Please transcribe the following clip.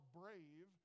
brave